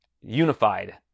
Unified